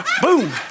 Boom